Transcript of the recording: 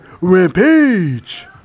Rampage